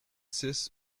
six